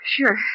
sure